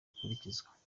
akurikizwa